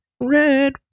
red